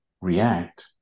react